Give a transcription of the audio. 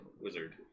wizard